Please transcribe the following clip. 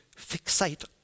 fixate